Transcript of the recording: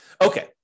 Okay